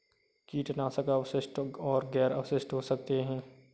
कीटनाशक अवशिष्ट और गैर अवशिष्ट हो सकते हैं